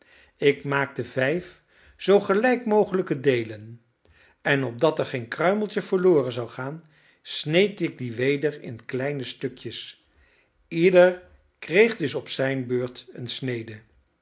ik maakte vijf zoo gelijk mogelijke deelen en opdat er geen kruimeltje verloren zou gaan sneed ik die weder in kleine stukjes ieder kreeg dus op zijn beurt een snede